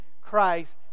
Christ